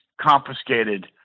confiscated